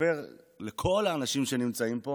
לספר לכל האנשים שנמצאים פה